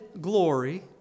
glory